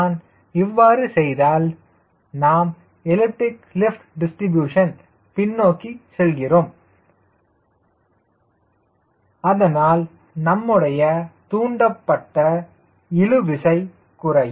நான் இவ்வாறு செய்தால் நாம் எல்லிப்டிக் லிப்ட் டிஸ்ட்ரிபியூஷன் பின்னோக்கி செல்கிறோம் அதனால் நம்முடைய தூண்டப்பட்ட இழு விசை குறையும்